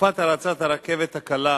בתקופת הרצת הרכבת הקלה